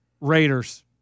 Raiders